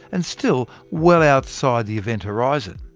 and still well outside the event horizon.